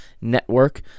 network